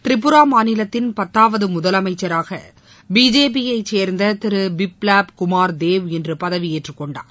திரிபுரா மாநிலத்தின் பத்தாவது முதலமைச்சராக பிஜேபியைச் சேர்ந்த திரு பிப்ளவ் குமார் தேவ் இன்று பதவியேற்றுக்கொண்டார்